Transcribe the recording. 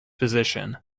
position